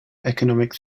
economic